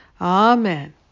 Amen